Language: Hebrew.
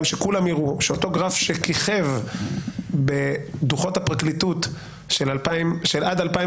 כדי שכולם יראו שאותו גרף שכיכב בדו"חות הפרקליטות של עד 2018